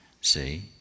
see